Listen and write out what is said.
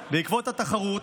בעקבות התחרות.